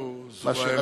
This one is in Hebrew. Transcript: זו האמת,